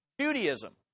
Judaism